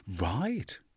Right